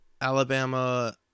Alabama